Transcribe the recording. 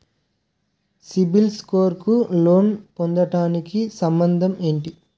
CIBIL score కు loan పొందటానికి సంబంధం ఏంటి?